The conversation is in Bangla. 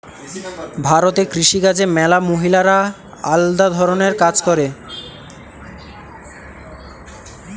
ভারতে কৃষি কাজে ম্যালা মহিলারা আলদা ধরণের কাজ করে